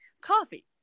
coffee